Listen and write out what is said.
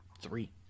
three